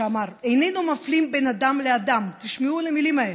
כשאמר "איננו מפלים בין אדם לאדם?" תשמעו את המילים האלו: